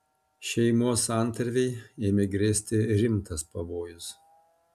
šeimos santarvei ėmė grėsti rimtas pavojus